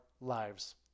lives